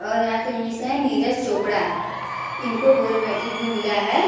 और यहाँ के नीस हैं नीरज चोपड़ा इनको गोल्ड मेडल भी मिला है